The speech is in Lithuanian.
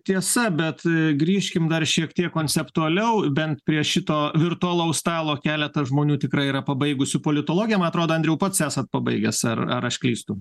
tiesa bet grįžkim dar šiek tiek konceptualiau bent prie šito virtualaus stalo keletą žmonių tikrai yra pabaigusių politologiją man atrodo andriau pats esat pabaigęs ar ar aš klystu